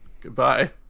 Goodbye